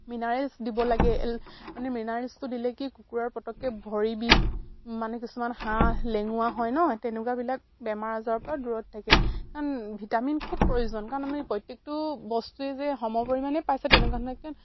minerals দিব লাগে মানে মিনাৰেলছটো দিলে কি কুকুৰাৰ পতককে ভৰি বিষ মানে কিছুমান হাঁহ লেঙুৰা হয় ন তেনেকুৱাবিলাক বেমাৰ আজাৰৰ পৰা দূৰত থাকে কাৰণ ভিটামিন খুব প্ৰয়োজন কাৰণ মানি প্ৰত্যেকটো বস্তুৱে যে সম পৰিমাণে পাইছে তেনেকুৱা